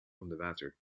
onderwater